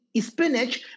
spinach